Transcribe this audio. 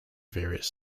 various